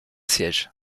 siège